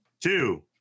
two